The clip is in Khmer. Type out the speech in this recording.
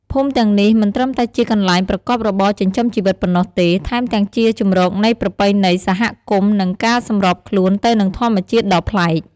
ភូមិទាំងនេះមិនត្រឹមតែជាកន្លែងប្រកបរបរចិញ្ចឹមជីវិតប៉ុណ្ណោះទេ ថែមទាំងជាជម្រកនៃប្រពៃណី សហគមន៍ និងការសម្របខ្លួនទៅនឹងធម្មជាតិដ៏ប្លែក។